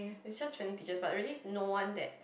it's just friendly teachers but really no one that